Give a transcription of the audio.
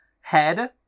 head